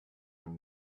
from